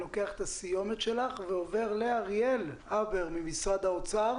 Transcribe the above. אני לוקח את הסיומת שלך ועובר לאריאל הבר ממשרד האוצר.